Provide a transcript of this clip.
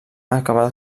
acaba